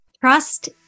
Trust